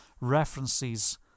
references